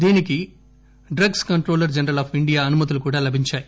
దీనికి drugs controller general of India అనుమతులు కూడా లభించాయి